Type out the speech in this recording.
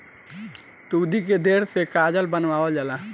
लुगदी के ढेर से कागज बनावल जाला